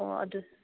ꯑꯣ ꯑꯗꯨ